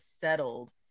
settled